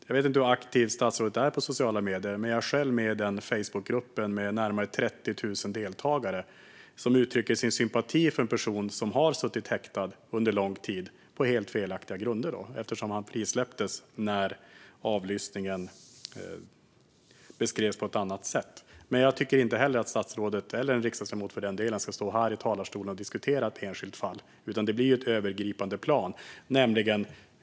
Jag vet inte hur aktiv statsrådet är på sociala medier, men jag är själv med i en Facebookgrupp med närmare 30 000 deltagare som uttrycker sin sympati för en person som har suttit häktad under lång tid på helt felaktiga grunder - han släpptes fri när avlyssningen beskrevs på ett annat sätt. Jag tycker inte heller att statsrådet eller en riksdagsledamot för den delen ska stå här i talarstolen och diskutera ett enskilt fall, utan det får bli en diskussion på ett övergripande plan.